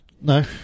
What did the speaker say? No